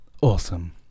Awesome